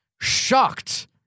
shocked